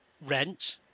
rent